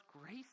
grace